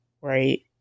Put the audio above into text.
Right